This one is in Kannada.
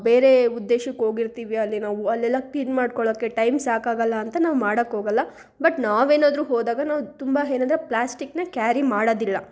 ಬೇರೆ ಉದ್ದೇಶಕ್ಕೆ ಹೋಗಿರ್ತಿವಿ ಅಲ್ಲಿ ನಾವು ಅಲ್ಲೆಲ್ಲ ಕ್ಲೀನ್ ಮಾಡಿಕೊಳ್ಳೋಕೆ ಟೈಮ್ ಸಾಕಾಗೊಲ್ಲ ಅಂತ ನಾವು ಮಾಡಕೆ ಹೋಗಲ್ಲ ಬಟ್ ನಾವು ಏನಾದರೂ ಹೋದಾಗ ನಾವು ತುಂಬ ಏನಂದ್ರೆ ಪ್ಲಾಸ್ಟಿಕನ್ನ ಕ್ಯಾರಿ ಮಾಡೋದಿಲ್ಲ